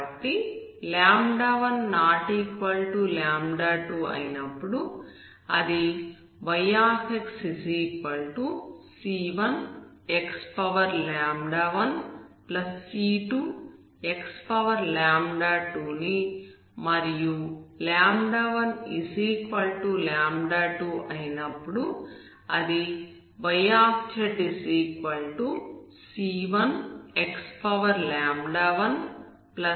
కాబట్టి 12 అయినప్పుడు అది yxc1x1c2x2 ని మరియు 12 అయినప్పుడు అది yzc1x1c2x1logx అవుతుంది